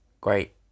great